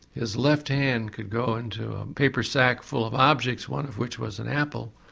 his left hand could go into a paper sack full of objects, one of which was an apple,